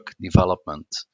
development